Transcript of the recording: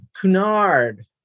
Cunard